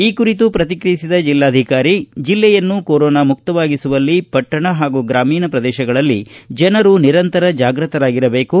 ಈ ಕುರಿತು ಪ್ರತಿಕ್ರಿಯಿಸಿದ ಜಿಲ್ಲಾಧಿಕಾರಿ ಜಿಲ್ಲೆಯನ್ನು ಕೊರೋನಾಮುಕ್ತವಾಗಿಸುವಲ್ಲಿ ಪಟ್ಟಣ ಪಾಗೂ ಗ್ರಾಮಪ್ರದೇಶಗಳಲ್ಲಿ ಜನರು ನಿರಂತರ ಜಾಗೃತರಾಗಿರಬೇಕು